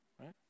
right